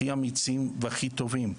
הכי אמיצים והכי טובים.